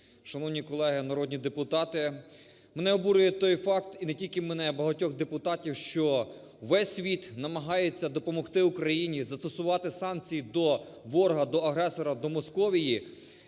Шановні колеги народні депутати! Мене обурює той факт і не тільки мене, а багатьох депутатів, що весь світ намагається допомогти Україні, застосувати санкції до ворога, до агресора, до Московії,